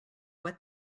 what